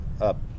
up